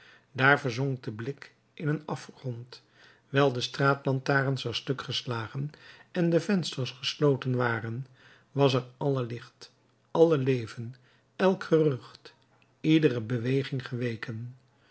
daar verzonk de blik in een afgrond wijl de straatlantaarns er stukgeslagen en de vensters gesloten waren was er alle licht alle leven elk gerucht iedere beweging geweken